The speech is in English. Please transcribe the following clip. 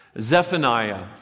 Zephaniah